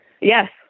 Yes